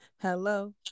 hello